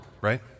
right